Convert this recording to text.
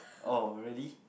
oh really